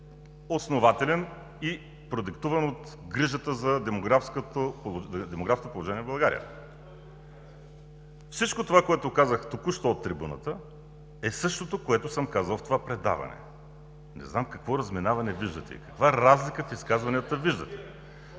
основателен и продиктуван от грижата за демографското положение в България. Всичко, което казах сега от трибуната, е същото, което съм казал в това предаване. Не знам какво разминаване виждате, каква разлика в изказванията виждате.